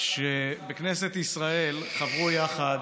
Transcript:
כשבכנסת ישראל חברו יחד,